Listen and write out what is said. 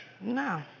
No